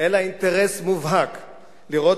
אלא אינטרס מובהק לראות,